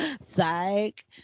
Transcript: psych